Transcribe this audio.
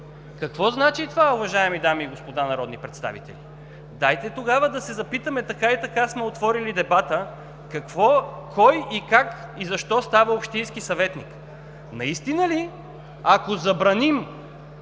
Какво значи това, уважаеми дами и господа народни представители? Дайте тогава да се запитаме, така и така сме отворили дебата, кой, как и защо става общински съветник? Наистина ли, ако забраним